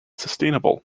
sustainable